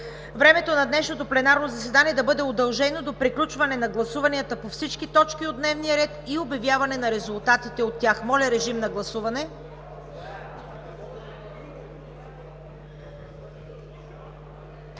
Времето на днешното пленарно заседание да бъде удължено до приключване на гласуванията по всички точки от дневния ред и обявяване на резултатите от тях. Моля, режим на гласуване.